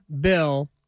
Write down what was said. bill